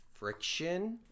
friction